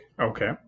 Okay